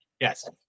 yes